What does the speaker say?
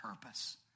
purpose